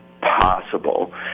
possible